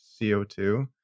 CO2